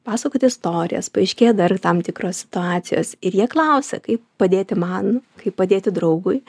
pasakoti istorijas paaiškėja dar tam tikros situacijos ir jie klausia kaip padėti man kaip padėti draugui